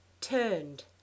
Turned